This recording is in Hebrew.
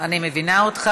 אני מבינה אותך.